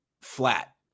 flat